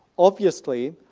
obviously,